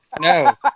No